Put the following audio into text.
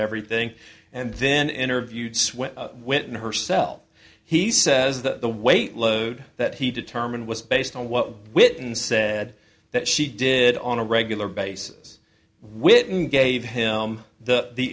everything and then interviewed sweat whitney herself he says that the weight load that he determined was based on what wit and said that she did on a regular basis witten gave him the the